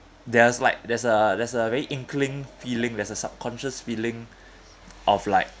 there's like there's a there's a very inkling feeling there's a subconscious feeling of like